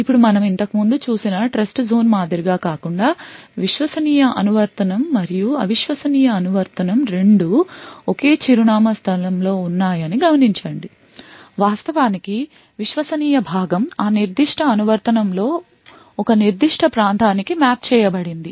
ఇప్పుడు మనం ఇంతకుముందు చూసిన ట్రస్ట్జోన్ మాదిరిగా కాకుండా విశ్వసనీయ అనువర్తనం మరియు అవిశ్వసనీయ అనువర్తనం రెండూ ఒకే చిరునామా స్థలం లో ఉన్నాయని గమనించండి వాస్తవానికి విశ్వసనీయ భాగం ఆ నిర్దిష్ట అనువర్తనం లోని ఒక నిర్దిష్ట ప్రాంతానికి మ్యాప్ చేయబడింది